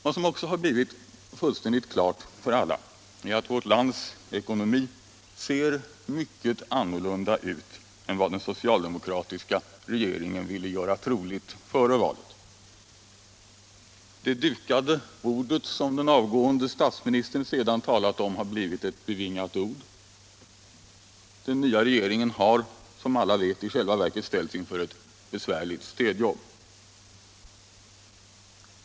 Vad som också har blivit fullständigt klart för alla är att vårt lands ekonomi ser mycket annorlunda ut än den socialdemokratiska regeringen ville göra troligt före valet. Det dukade bordet, som den avgående statsministern sedan talade om, har blivit ett bevingat ord. Den nya regeringen har, som alla vet, i själva verket ställts inför ett besvärligt städjobb.